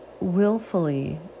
willfully